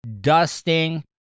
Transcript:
Dusting